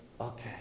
okay